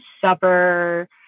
supper